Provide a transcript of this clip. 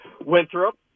Winthrop